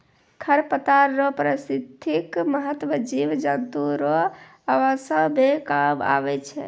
खरपतवार रो पारिस्थितिक महत्व जिव जन्तु रो आवास मे काम आबै छै